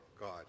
God